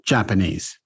Japanese